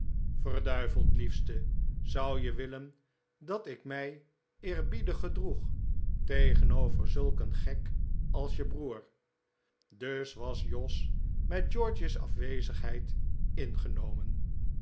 vcrduiveld liefste zou jc willcn dat ik mij cerbicdig gcdrocg tegenover zulk cen gek als jc broer dus was jos met george's afwezighcid ingenomen